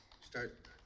start